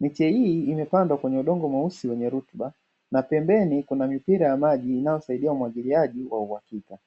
Miche hii imepandwa kwenye udongo mweusi wenye rutuba, na pembeni kuna mipira ya maji inayosaidia umwagiliaji wa uhakika.